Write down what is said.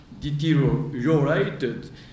deteriorated